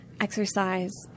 exercise